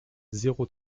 zéro